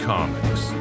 Comics